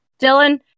Dylan